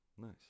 Nice